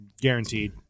Guaranteed